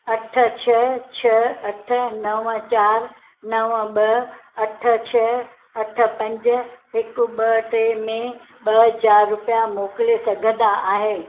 अठ छह छह अठ नव चार नव ॿ अठ छह अठ पंज हिकु ॿ टे में ॿ हज़ार रुपिया मोकिले सघंदा आहे